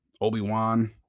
obi-wan